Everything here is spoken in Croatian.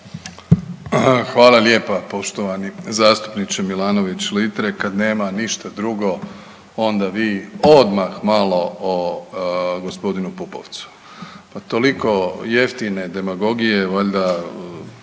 Hvala lijepa. Poštovani zastupniče Milanović Litre. Kad nema ništa drugo onda vi odmah malo o g. Pupovcu. Pa toliko jeftine demagogije valjda